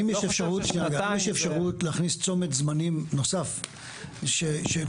האם יש אפשרות להכניס צומת זמנים נוסף שפה